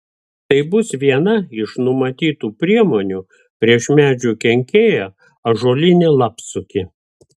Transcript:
tai bus viena iš numatytų priemonių prieš medžių kenkėją ąžuolinį lapsukį